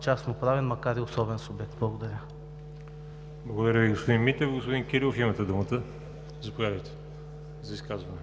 частно-правен, макар и особен субект. Благодаря. ПРЕДСЕДАТЕЛ ВАЛЕРИ ЖАБЛЯНОВ: Благодаря Ви, господин Митев. Господин Кирилов, имате думата за изказване.